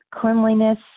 Cleanliness